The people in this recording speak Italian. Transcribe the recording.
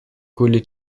quelli